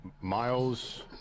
Miles